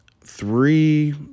three